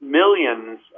millions